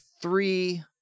three